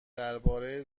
درباره